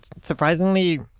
surprisingly